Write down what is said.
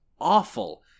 awful